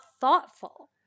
thoughtful